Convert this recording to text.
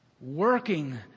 working